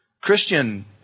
Christian